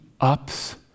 ups